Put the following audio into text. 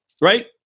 right